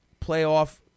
playoff